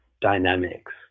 dynamics